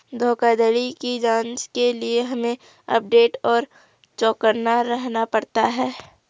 धोखाधड़ी की जांच के लिए हमे अपडेट और चौकन्ना रहना पड़ता है